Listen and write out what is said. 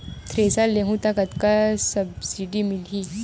Thresher लेहूं त कतका सब्सिडी मिलही?